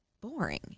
boring